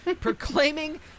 proclaiming